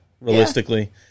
realistically